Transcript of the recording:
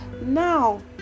now